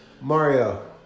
Mario